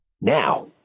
Now